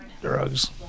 drugs